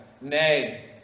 Nay